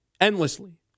endlessly